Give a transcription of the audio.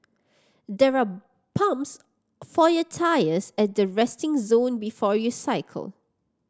there are pumps for your tyres at the resting zone before you cycle